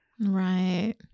Right